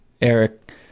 Eric